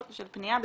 של פנייה בכלל.